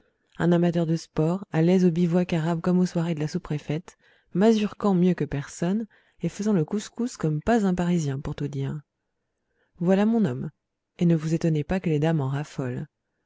grand amateur de sport à l'aise au bivouac arabe comme aux soirées de la sous-préfète mazurkant mieux que personne et faisant le cousscouss comme pas un parisien pour tout dire voilà mon homme et ne vous étonnez pas que les dames en raffolent